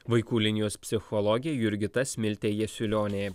vaikų linijos psichologė jurgita smiltė jasiulionė